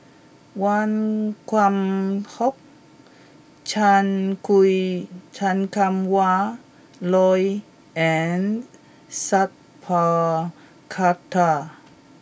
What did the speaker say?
Wan Kam Fook Chan Kum Wah Roy and Sat Pal Khattar